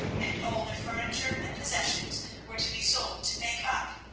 and all their furniture and possessions were to be sold to make up,